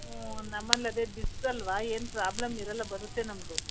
ಹ್ಞೂ ನಮ್ಮಲ್ಲಿ ಅದೆ ಡಿಸ್ಸಲ್ವಾ ಏನೂ ಪ್ರಾಬ್ಲಮ್ ಇರೋಲ್ಲ ಬರುತ್ತೆ ನಮ್ಮದು